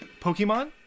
pokemon